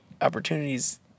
opportunities